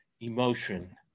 emotion